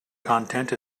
content